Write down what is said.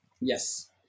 Yes